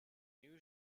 new